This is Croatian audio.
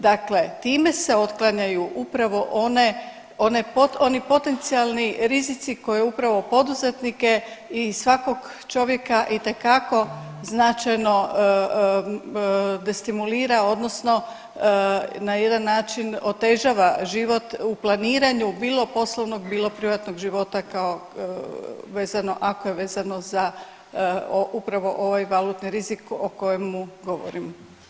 Dakle, time se otklanjaju upravo oni potencijalni rizici koje upravo poduzetnike i svakog čovjeka itekako značajno destimulira, odnosno na jedan način otežava život u planiranju bilo poslovnog, bilo privatnog života kao vezano, ako je vezano za upravo ovaj valutni rizik o kojemu govorim.